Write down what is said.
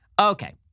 Okay